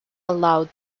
allowed